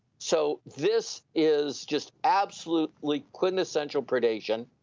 so this is just absolutely, quintessential predation.